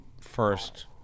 first